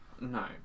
No